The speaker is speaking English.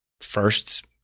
first